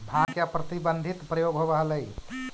भाँग के अप्रतिबंधित प्रयोग होवऽ हलई